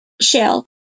shell